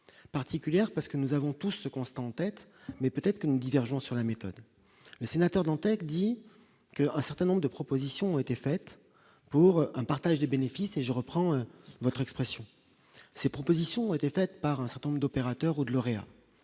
particulière parce que nous avons tout ce constat en tête, mais peut-être qu'une divergence sur la méthode, sénateur Dantec, dit un certain nombre de propositions ont été faites pour un partage des bénéfices et je reprends votre expression, ces propositions ont été faites par un certain nombre d'opérateurs de en l'état